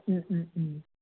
ও ও ও